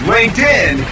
LinkedIn